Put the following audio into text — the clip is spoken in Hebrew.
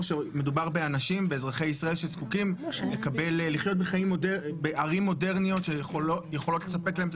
שגם לאזרחים אלו מגיע לחיות בערים מודרניות שיכולות לספק להם את